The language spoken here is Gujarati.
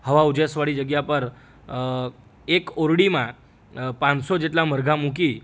હવા ઉજાસ વાળી જગ્યા પર એક ઓરડીમાં પાંચસો જેટલા મરઘા મૂકી